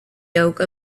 yoke